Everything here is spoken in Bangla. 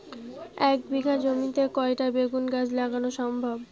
এক বিঘা জমিতে কয়টা বেগুন গাছ লাগানো সম্ভব?